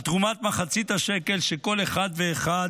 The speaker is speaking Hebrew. על תרומת מחצית השקל שכל אחד ואחד